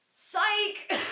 Psych